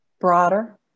broader